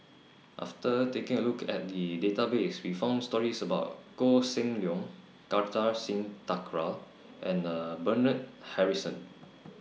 after taking A Look At The Database We found stories about Koh Seng Leong Kartar Singh Thakral and Bernard Harrison